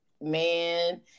man